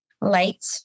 Light